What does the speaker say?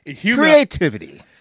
Creativity